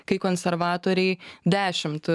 kai konservatoriai dešimt